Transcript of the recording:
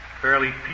fairly